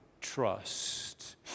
trust